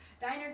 diner